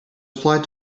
applied